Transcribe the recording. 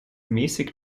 mäßig